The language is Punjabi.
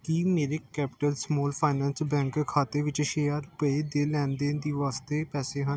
ਕੀ ਮੇਰੇ ਕੈਪੀਟਲ ਸਮਾਲ ਫਾਈਨਾਂਸ ਬੈਂਕ ਖਾਤੇ ਵਿੱਚ ਛੇ ਹਜ਼ਾਰ ਰੁਪਏ ਦੇ ਲੈਣ ਦੇਣ ਦੀ ਵਾਸਤੇ ਪੈਸੇ ਹਨ